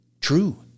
true